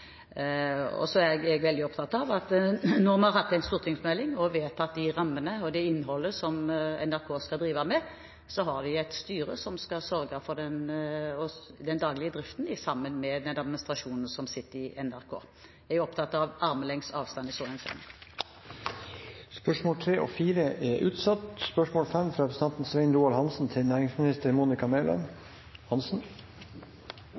Så er jeg veldig opptatt av at når vi har hatt en stortingsmelding og vedtatt de rammene og det innholdet som NRK skal drive med, så har de et styre som skal sørge for den daglige driften, sammen med den administrasjonen som sitter i NRK. Jeg er opptatt av en armlengdes avstand i så henseende. Spørsmålene nr. 3 og 4 utsettes til neste spørretime, da statsråden er bortreist. Jeg tillater meg å stille følgende spørsmål til